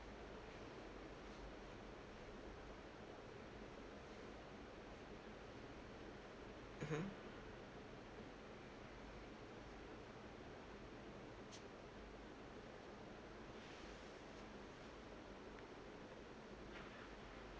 mmhmm